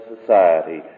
society